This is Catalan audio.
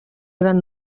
gran